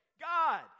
God